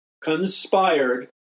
conspired